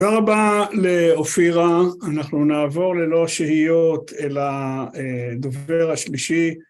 תודה רבה לאופירה, אנחנו נעבור ללא שהיות אל הדובר השלישי.